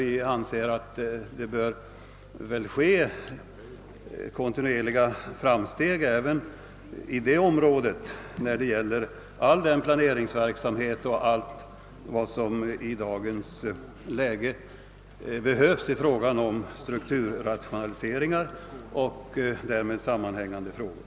Jag anser att det bör ske snabbare framsteg för att kunna bemästra all den planering och den övriga verksamhet som i dagens läge behövs för strukturrationalisering ar och därmed sammanhängande frågor.